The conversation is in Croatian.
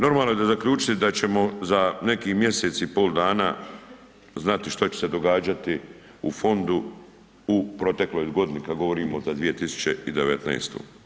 Normalno je za zaključiti da ćemo za nekih mjesec i pol dana znati što će se događati u Fondu u protekloj godini kad govorimo za 2019.